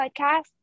podcast